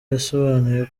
yasobanuye